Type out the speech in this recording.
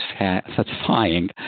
satisfying